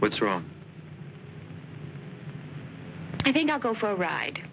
what's wrong i think i'll go for a ride